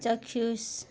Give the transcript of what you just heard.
ଚାକ୍ଷୁଷ